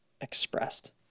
expressed